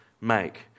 make